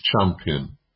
champion